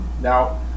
Now